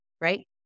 right